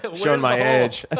but showing my age.